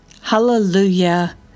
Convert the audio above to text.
Hallelujah